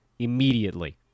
Immediately